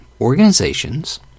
organizations